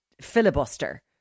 filibuster